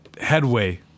headway